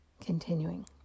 Continuing